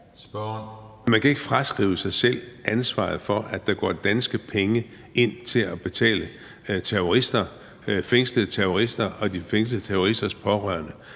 Man kan ikke fraskrive sig selv ansvaret for, at der går danske penge ind til at betale fængslede terrorister og de fængslede terroristers pårørende.